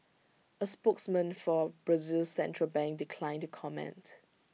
A spokesman for Brazil's central bank declined to comment